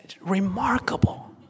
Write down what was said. remarkable